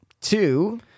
Two